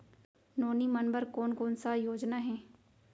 नोनी मन बर कोन कोन स योजना हे?